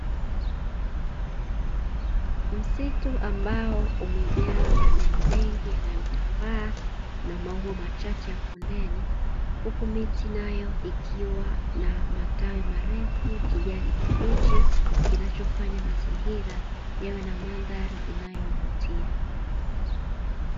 Msitu ambao umejaa majani mengi yanayotambaa na maua machache ya konden, huku miti nayo ikiwa na matawi marefu kijani kibichi kinachofanya mazingira yawe na mandhari inayovutia.